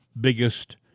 biggest